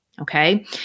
Okay